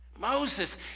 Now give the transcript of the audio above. Moses